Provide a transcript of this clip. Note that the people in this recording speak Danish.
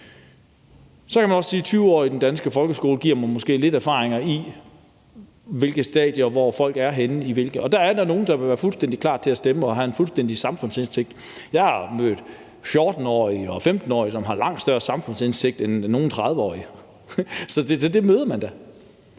Så kan man også sige, at 20 år i den danske folkeskole måske giver mig lidt viden om, hvilke stadier folk er i, og hvor de er henne hvornår. Der vil da være nogle børn, der vil være fuldstændig klar til at stemme og har en fuldstændig samfundssindsigt. Jeg har mødt 14-årige og 15-årige, som har langt større samfundssindsigt end nogle 30-årige, så det møder man da.